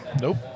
Nope